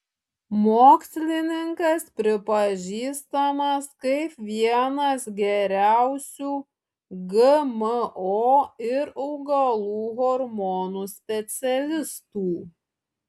mokslininkas pripažįstamas kaip vienas geriausių gmo ir augalų hormonų specialistų